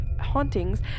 hauntings